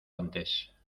antes